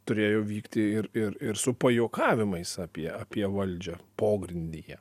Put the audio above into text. turėjo vykti ir ir ir su pajuokavimais apie apie valdžią pogrindyje